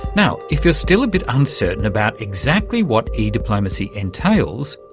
now, if you're still a bit uncertain about exactly what e-diplomacy entails,